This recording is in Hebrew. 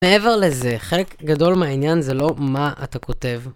מעבר לזה, חלק גדול מהעניין זה לא מה אתה כותב.